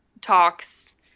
talks